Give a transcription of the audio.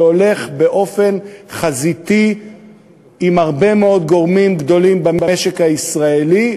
שהולך חזיתית עם הרבה מאוד גורמים גדולים במשק הישראלי,